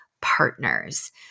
partners